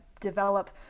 develop